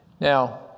Now